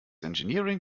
engineering